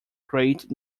great